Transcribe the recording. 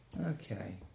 Okay